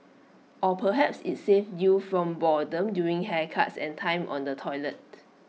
or perhaps IT saved you from boredom during haircuts and time on the toilet